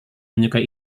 menyukai